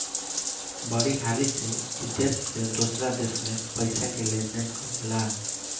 बड़ी हाली से ई देश से दोसरा देश मे पइसा के लेन देन करेला